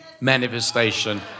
manifestation